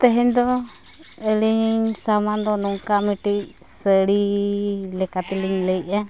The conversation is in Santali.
ᱛᱮᱦᱮᱧ ᱫᱚ ᱟᱹᱞᱤᱧ ᱥᱟᱢᱟᱱ ᱫᱚ ᱱᱚᱝᱠᱟ ᱢᱤᱫᱴᱮᱡ ᱥᱟᱹᱲᱤ ᱞᱮᱠᱟᱛᱮᱞᱤᱧ ᱞᱟᱹᱭᱮᱜᱼᱟ